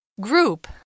Group